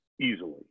easily